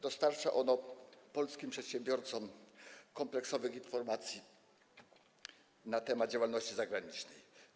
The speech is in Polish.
Dostarcza ono polskim przedsiębiorcom kompleksowych informacji na temat działalności zagranicznej.